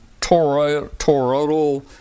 toroidal